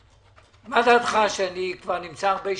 מה דעתך שאני כבר נמצא הרבה שנים,